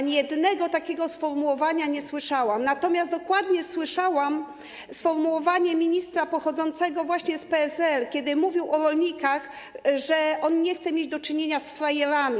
Ani jednego takiego sformułowania nie słyszałam, natomiast dokładnie słyszałam sformułowanie ministra pochodzącego właśnie z PSL, kiedy mówił o rolnikach - o tym, że on nie chce mieć do czynienia z frajerami.